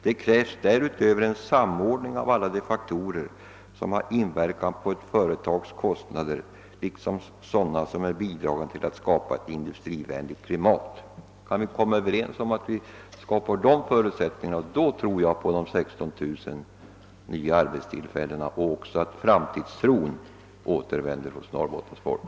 Det krävs därutöver en samordning av alla de faktorer som har inverkan på ett företags kostnader liksom sådana som är bidragande till att skapa ett industrivänligt klimat.» Om vi kan komma överens om att skapa dessa förutsättningar, hoppas jag att de 16 000 nya arbetstillfällena skall bli en realitet liksom också att framtidstron skall återvända hos Norrbottens folk.